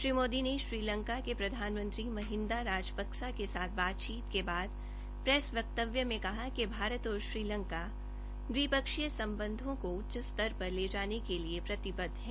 श्री मोदी ने श्रीलंका के प्रधानमंत्री महिन्दा राजपक्सा के साथ बातचीत के बाद प्रैस वक्तव्य में कहा कि भारत और श्रीलंका द्विपक्षीय संबंधों को उच्च स्तर पर ले जाने के लिए प्रतिबद्ध है